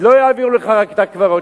שלא יעבירו לך רק את הקברות,